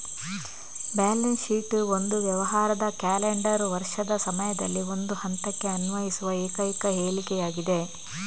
balance sheet ಒಂದು ವ್ಯವಹಾರದ calendar ವರ್ಷದ ಸಮಯದಲ್ಲಿ ಒಂದು ಹಂತಕ್ಕೆ ಅನ್ವಯಿಸುವ ಏಕೈಕ ಹೇಳಿಕೆಯಾಗಿದೆ